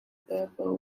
berber